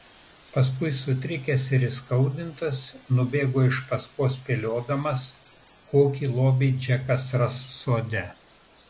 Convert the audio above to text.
paskui sutrikęs ir įskaudintas nubėgo iš paskos spėliodamas kokį lobį džekas ras sode